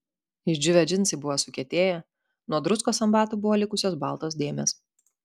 išdžiūvę džinsai buvo sukietėję nuo druskos ant batų buvo likusios baltos dėmės